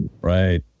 Right